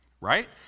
Right